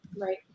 right